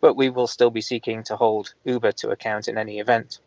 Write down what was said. but we will still be seeking to hold uber to account in any event